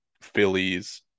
Phillies